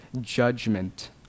judgment